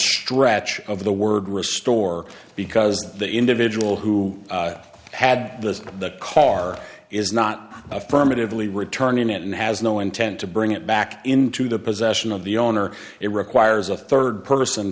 stretch of the word restore because the individual who had the car is not affirmatively returning it and has no intent to bring it back into the possession of the owner it requires a rd person